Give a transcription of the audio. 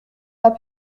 pas